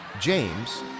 James